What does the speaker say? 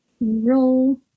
roll